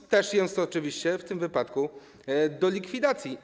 ZUS też jest oczywiście w tym wypadku do likwidacji.